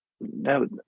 no